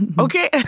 Okay